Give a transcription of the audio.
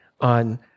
on